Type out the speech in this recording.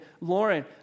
Lauren